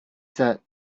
said